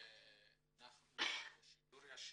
שאנחנו בשידור ישיר,